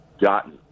gotten